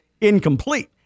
incomplete